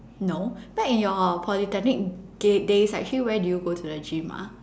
no back in your polytechnic day days actually where do you go to the gym ah